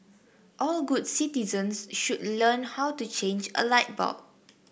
all good citizens should learn how to change a light bulb